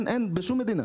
אין בשום מדינה.